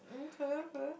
okay okay